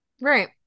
right